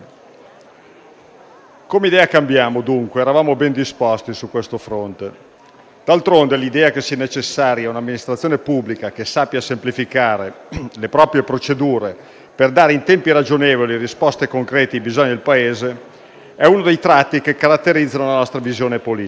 Come IDEA e CAMBIAMO, dunque, eravamo ben disposti su questo fronte. D'altronde, l'idea che sia necessaria un'amministrazione pubblica che sappia semplificare le proprie procedure per dare in tempi ragionevoli risposte concrete ai bisogni del Paese è uno dei tratti che caratterizzano la nostra visione politica.